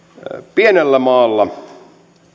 pienellä maalla